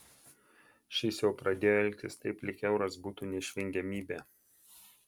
šis jau pradėjo elgtis taip lyg euras būtų neišvengiamybė